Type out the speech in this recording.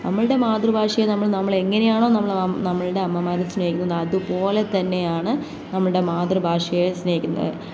നമ്മളുടെ മാതൃഭാഷയെ നമ്മൾ നമ്മൾ എങ്ങനെയാണോ നമ്മൾ നമ്മളുടെ അമ്മമാർ സ്നേഹിക്കുന്നത് അതുപോലെ തന്നെയാണ് നമ്മളുടെ മാതൃഭാഷയെ സ്നേഹിക്കുന്നത്